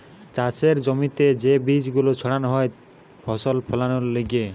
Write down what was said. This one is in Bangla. চাষের জমিতে যে বীজ গুলো ছাড়ানো হয় ফসল ফোলানোর লিগে